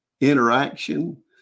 interaction